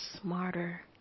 smarter